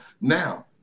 now